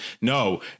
No